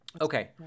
Okay